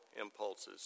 impulses